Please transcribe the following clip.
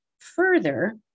Further